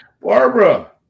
Barbara